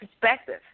perspective